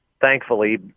thankfully